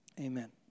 Amen